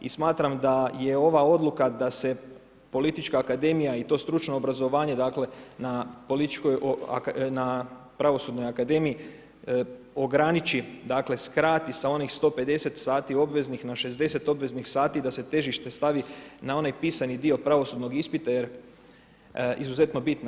I smatram da je ova odluka, da se politička akademija i to stručno obrazovanje, dakle, na pravosudnoj akademiji, ograniči, dakle, srkati, sa onih 150 sati obveznih, na 60 obveznih sati, da se težište s tavi na onaj pisani dio pravosudni ispita, jer izuzetno bitno.